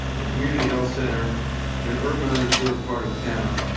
and community health center in an urban underserved part of town,